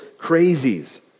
crazies